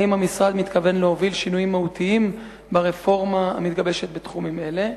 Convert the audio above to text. האם המשרד מתכוון להוביל שינויים מהותיים ברפורמה המתגבשת בתחומים אלה?